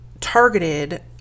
targeted